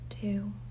two